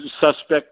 suspect